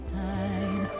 time